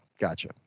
gotcha